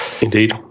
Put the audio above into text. indeed